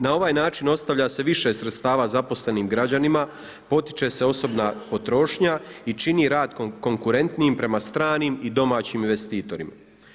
Na ovaj način ostavlja se više sredstava zaposlenim građanima, potiče se osobna potrošnja i čini rad konkurentnijim prema stranim i domaćim investitorima.